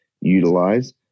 utilize